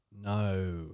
No